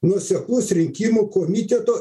nuoseklus rinkimų komiteto